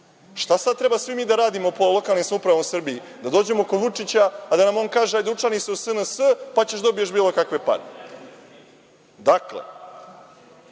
Šta sada treba svi mi da radimo po lokalnim samoupravama u Srbiji? Da dođemo kod Vučića, pa da nam on kaže – hajde učlani se u SNS, pa ćeš da dobiješ bilo kakve pare? Dakle,